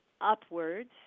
upwards